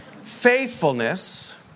Faithfulness